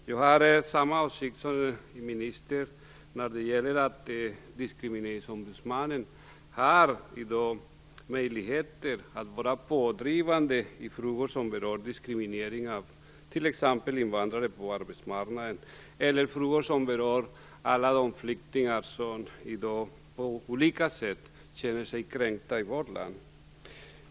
Jag har samma åsikt som ministern när det gäller att Diskrimineringsombudsmannen i dag har möjligheter att vara pådrivande i frågor som berör t.ex. diskriminering av invandrare på arbetsmarknaden eller alla de flyktingar som i dag på olika sätt känner sig kränkta i vårt land.